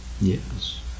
Yes